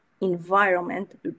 environment